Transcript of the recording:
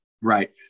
Right